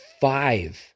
five